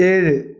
ഏഴ്